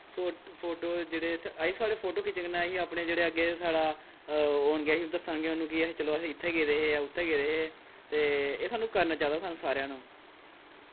फो photo जेह्ड़े अस photo खिच्चने कन्नै अहीं अपने जेह्ड़े अग्गें साढ़ा होन गे असीं दस्सां गे कि असीं चलो अस इत्थे गेदे हे उत्थे गेदे हे ते एह् सानूं करना चाहिदा सानूं सारेआं नू